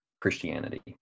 Christianity